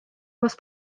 was